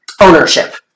ownership